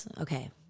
okay